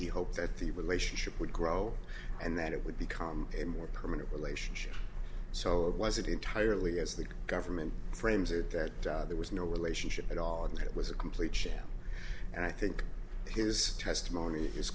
he hoped that the relationship would grow and that it would become a more permanent relationship so it wasn't entirely as the government frames it that there was no relationship at all and it was a complete sham and i think his testimony